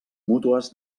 mútues